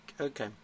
okay